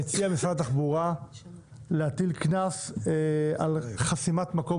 מציע משרד התחבורה להטיל קנס על חסימת מקום